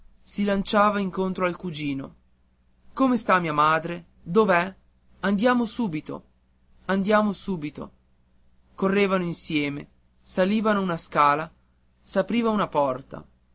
si lanciava incontro al cugino come sta mia madre dov'è andiamo subito andiamo subito correvano insieme salivano una scala s'apriva una porta